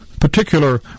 particular